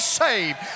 saved